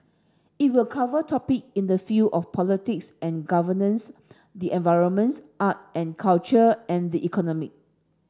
it will cover topic in the field of politics and governance the environments art and culture and the economy